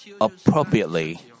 appropriately